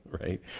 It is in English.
Right